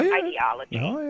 ideology